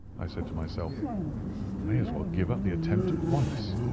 i said to myself, i may as well give up the attempt at once.